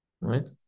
right